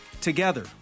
together